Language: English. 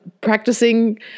practicing